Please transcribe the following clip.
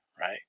right